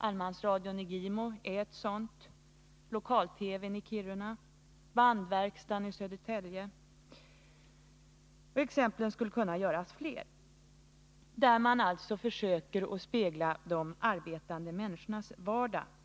Allemansradion i Gimo, lokal-TV i Kiruna, bandverkstaden i Södertälje är verksamheter där man på ett annat sätt än inom närradion försöker spegla de arbetande människornas vardag.